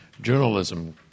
journalism